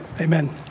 amen